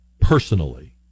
personally